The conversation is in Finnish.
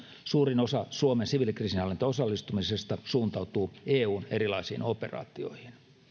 suurin osa suomen siviilikriisinhallintaan osallistumisesta suuntautuu erilaisiin eun operaatioihin